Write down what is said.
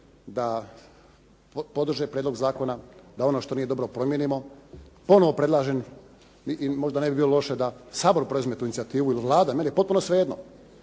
da podrže prijedlog zakona, da ono što nije dobro promijenimo. Ponovno predlažem, možda ne bi bilo loše da Sabor preuzme tu inicijativu ili Vlada meni je potpuno svejedno.